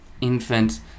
infant